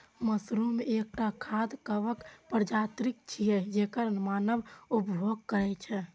mushroom एकटा खाद्य कवक प्रजाति छियै, जेकर मानव उपभोग करै छै